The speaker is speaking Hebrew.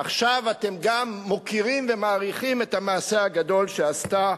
עכשיו אתם גם מוקירים ומעריכים את המעשה הגדול שעשתה.